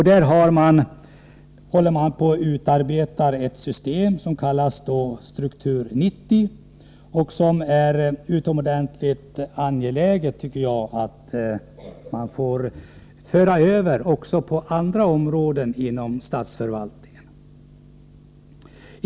Där håller man på att utarbeta ett system som kallas Struktur 90. Det är utomordentligt angeläget att man för över detta också på andra områden inom statsförvaltningen.